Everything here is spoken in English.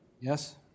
Yes